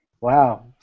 Wow